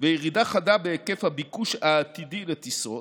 וירידה חדה בהיקף הביקוש העתידי לטיסות,